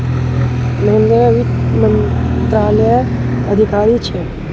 महेंद्र वित्त मंत्रालयत अधिकारी छे